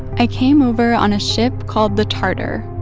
i came over on a ship called the tartar,